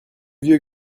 vieux